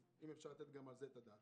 אז אם אפשר לתת גם על זה את הדעת.